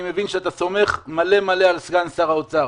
אני מבין שאתה סומך הרבה מאוד על סגן השר האוצר.